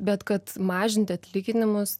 bet kad mažinti atlyginimus